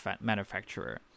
manufacturer